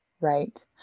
Right